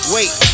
Wait